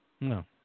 No